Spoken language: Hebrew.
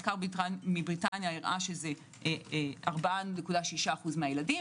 מחקר משם הראה שזה 4.6% מהילדים.